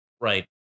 right